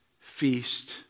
feast